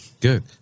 Good